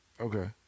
Okay